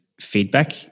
feedback